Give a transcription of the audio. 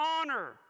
honor